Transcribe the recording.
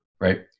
Right